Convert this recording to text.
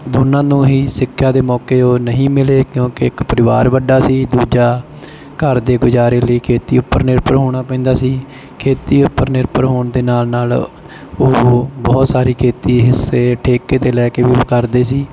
ਦੋਨਾਂ ਨੂੰ ਹੀ ਸਿੱਖਿਆ ਦੇ ਮੌਕੇ ਉਹ ਨਹੀਂ ਮਿਲੇ ਕਿਉਂਕਿ ਇੱਕ ਪਰਿਵਾਰ ਵੱਡਾ ਸੀ ਦੂਜਾ ਘਰ ਦੇ ਗੁਜ਼ਾਰੇ ਲਈ ਖੇਤੀ ਉੱਪਰ ਨਿਰਭਰ ਹੋਣਾ ਪੈਂਦਾ ਸੀ ਖੇਤੀ ਉੱਪਰ ਨਿਰਭਰ ਹੋਣ ਦੇ ਨਾਲ ਨਾਲ ਉਹ ਬਹੁਤ ਸਾਰੀ ਖੇਤੀ ਹਿੱਸੇ ਠੇਕੇ 'ਤੇ ਲੈ ਕੇ ਵੀ ਕਰਦੇ ਸੀ